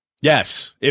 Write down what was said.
Yes